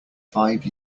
five